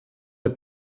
der